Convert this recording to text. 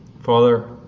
Father